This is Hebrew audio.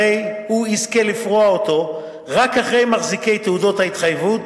הרי הוא יזכה לפרוע אותו רק אחרי מחזיקי תעודות ההתחייבות.